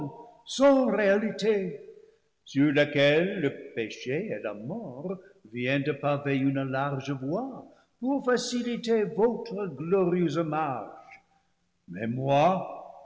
réalité sur laquelle le péché et la mort viennent de paver une large voie pour faci liter votre glorieuse marche mais moi